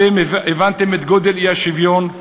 אתם הבנתם את גודל האי-שוויון,